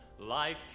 life